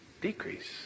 decrease